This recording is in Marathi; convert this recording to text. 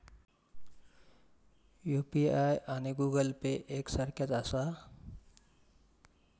यू.पी.आय आणि गूगल पे एक सारख्याच आसा?